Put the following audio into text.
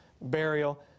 burial